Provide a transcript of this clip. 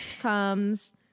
comes